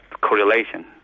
correlation